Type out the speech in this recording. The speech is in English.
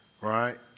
Right